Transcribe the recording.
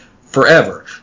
forever